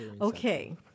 Okay